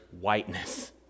whiteness